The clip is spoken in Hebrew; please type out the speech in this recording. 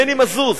מני מזוז,